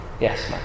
Yes